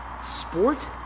Sport